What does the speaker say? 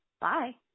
Bye